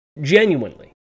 Genuinely